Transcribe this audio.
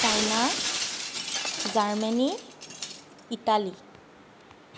China Germany Italy